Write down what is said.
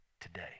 today